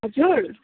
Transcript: हजुर